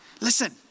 Listen